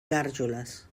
gàrgoles